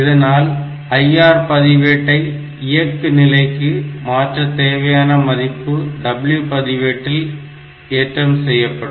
இதனால் IR பதிவேட்டை இயக்கு நிலைக்கு மாற்றத் தேவையான மதிப்பு W பதிவேட்டில் ஏற்றம் செய்யப்படும்